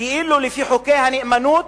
כאילו לפי חוקי הנאמנות,